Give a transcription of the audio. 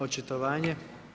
Očitovanje.